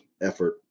effort